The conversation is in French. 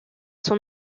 son